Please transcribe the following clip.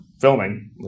filming